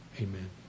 amen